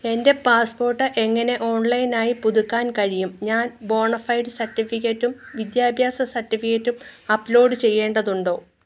എൻ്റെ പാസ്പോർട്ട് എങ്ങനെ ഓൺലൈൻ ആയി പുതുക്കാൻ കഴിയും ഞാൻ ബോണഫൈഡ് സർട്ടിഫിക്കറ്റും വിദ്യാഭ്യാസ സർട്ടിഫിക്കറ്റും അപ്ലോഡ് ചെയ്യേണ്ടതുണ്ടോ